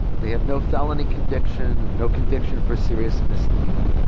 they have no felony conviction or no conviction for serious misdemeanour.